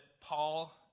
Paul